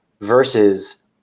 versus